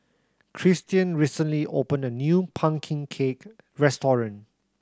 Christian recently opened a new pumpkin cake restaurant